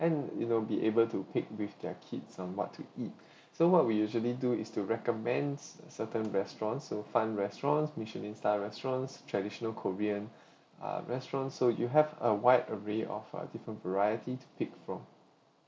and you know be able to pick with their kids somewhat to eat so what we usually do is to recommends certain restaurants so fun restaurants michelin star restaurants traditional korean uh restaurant so you have a wide array of uh different variety pick from